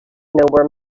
where